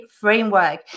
framework